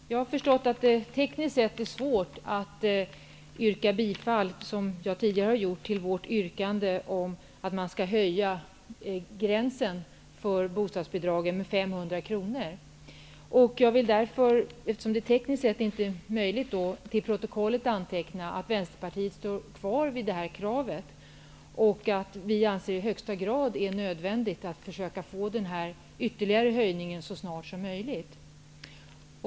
Herr talman! Jag har förstått att det tekniskt sett är svårt att yrka bifall till, som jag gjorde tidigare, vårt yrkande om att man skall höja gränsen för bostadsbidragen med 500 kr. Eftersom det tekniskt inte är möjligt vill jag till protokollet få antecknat att Vänsterpariet står kvar vid sitt krav och att vi anser att det i allra högsta grad är nödvändigt att försöka få en ytterligare höjning av gränsen så snart som möjligt.